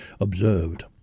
observed